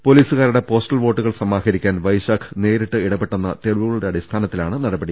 പൊലീസുകാരുടെ പോസ്റ്റൽ വോട്ടുകൾ സമാഹരിക്കാൻ വൈശാഖ് നേരിട്ട് ഇടപെട്ടെന്ന തെളിവുകളുടെ അടിസ്ഥാനത്തി ലാണ് നടപടി